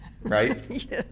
right